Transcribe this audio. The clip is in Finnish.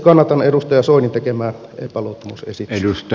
kannatan edustaja soinin tekemää epäluottamusesitystä